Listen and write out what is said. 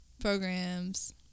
Programs